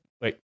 wait